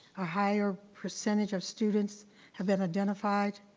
a higher percentage of students have been identified,